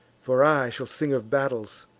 for i shall sing of battles,